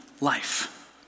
life